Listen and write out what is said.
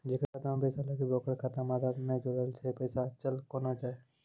जेकरा खाता मैं पैसा लगेबे ओकर खाता मे आधार ने जोड़लऽ छै पैसा चल कोना जाए?